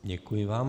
Děkuji vám.